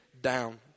down